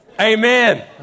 Amen